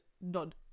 none